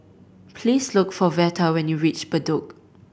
please look for Veta when you reach Bedok